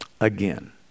again